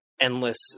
endless